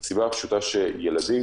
מהסיבה הפשוטה שילדים